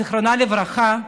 זיכרונה לברכה,